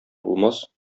булмас